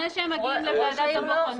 כן, לפני שהם מגיעים לוועדת בוחנים.